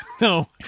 No